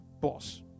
boss